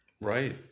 Right